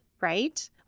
right